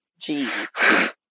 Jeez